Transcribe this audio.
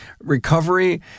recovery